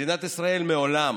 מדינת ישראל מעולם